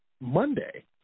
Monday